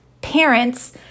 parents